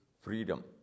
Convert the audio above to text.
freedom